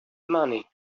money